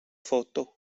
foto